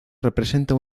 representa